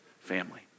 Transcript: family